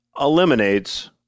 eliminates